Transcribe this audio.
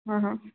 हां हां